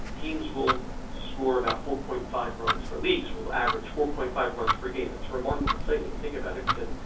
teams will score about four point five runs per leagues, will average four point five runs per game. it's a remarkable thing when you think about it. cause then,